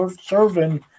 serving